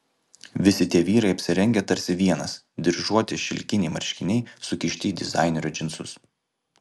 visi tie vyrai apsirengę tarsi vienas dryžuoti šilkiniai marškiniai sukišti į dizainerio džinsus